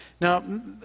Now